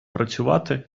працювати